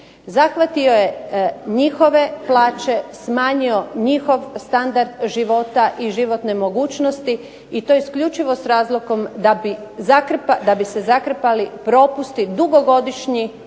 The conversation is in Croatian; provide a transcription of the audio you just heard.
Zahvatio je njihove plaće, smanjio njihov standard života i životne mogućnosti, i to isključivo s razlogom da bi se zakrpali propusti, dugogodišnji